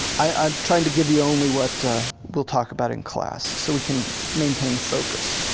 um trying to give you only what we'll talk about in class so we can maintain focus.